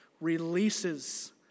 releases